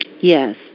Yes